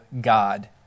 god